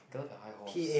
get off your high horse